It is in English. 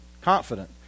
confident